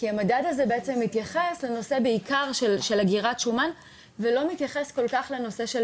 כי הוא מתייחס בעיקר לנושא של אגירת שומן ולא כל כך מתייחס לנושא של